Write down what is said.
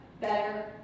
better